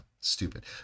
stupid